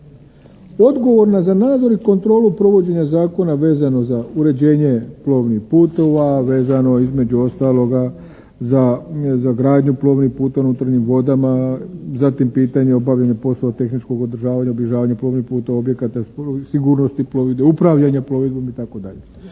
odgovorna za nadzor i kontrolu provođenja zakona vezano za uređenje plovnih putova, vezano između ostaloga za gradnju plovnih putova u unutarnjim vodama, zatim pitanje obavljanja poslova tehničkog održavanja, obilježavanja plovnih putova, objekata, sigurnosti plovidbe, upravljanja plovidbom itd.